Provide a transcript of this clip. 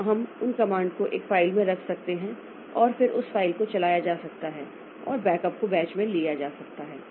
तो हम उन कमांड को एक फाइल में रख सकते हैं और फिर उस फाइल को चलाया जा सकता है और बैकअप को बैच में लिया जाता है